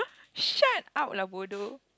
shut up lah bodoh